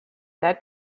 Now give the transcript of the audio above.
dead